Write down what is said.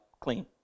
clean